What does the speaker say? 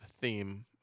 theme